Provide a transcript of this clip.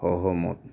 সহমত